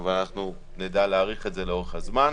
אבל אנחנו נדע להאריך את זה לאורך הזמן.